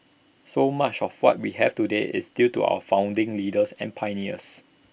so much of what we have today is due to our founding leaders and pioneers